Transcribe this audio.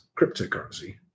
cryptocurrency